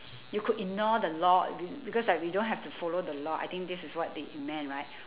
you could ignore the law be~ because like we don't have to follow the law I think this is what they meant right